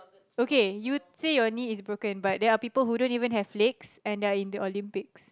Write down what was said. okay you say your knee is broken but there are people who don't even have legs and they're in the Olympics